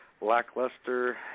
lackluster